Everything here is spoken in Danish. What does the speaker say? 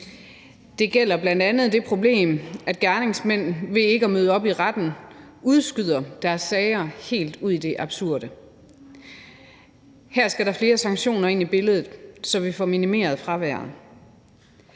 Det gælder bl.a. det problem, at gerningsmænd ved ikke at møde op i retten udskyder deres sager helt ud i det absurde. Her skal der flere sanktioner ind i billeder, så vi får minimeret fraværet.